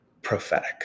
Prophetic